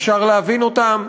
ואפשר להבין אותם,